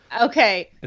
Okay